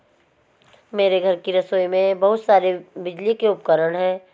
मेरे घर के रसोई में बहुत सारे बिजली के उपकरण हैं